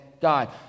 God